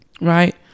right